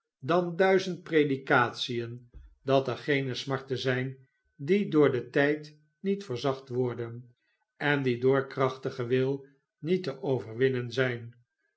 dan duizend predikatien dat er geene smarten zijn die door den tijd niet verzacht worden en die door krachtigen wil niet te overwinnen zijn